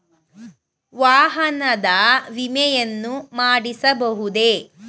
ವಾಹನದ ವಿಮೆಯನ್ನು ಮಾಡಿಸಬಹುದೇ?